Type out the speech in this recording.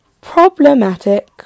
Problematic